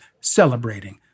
celebrating